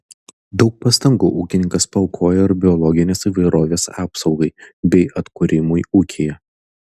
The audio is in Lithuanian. daug pastangų ūkininkas paaukojo ir biologinės įvairovės apsaugai bei atkūrimui ūkyje